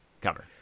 cover